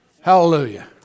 Hallelujah